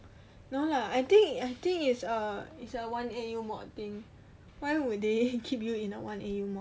no lah I think I think it's a it's a one A_U mod thing why will they keep you in a one A_U mod